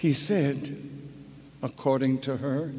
he said according to her